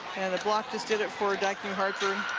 and the block that did it for dyke new hartford